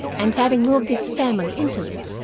and having moved his family into it,